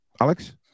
Alex